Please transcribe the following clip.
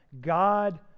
God